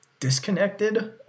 disconnected